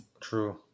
true